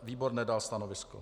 Výbor nedal stanovisko.